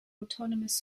autonomous